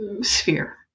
sphere